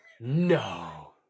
No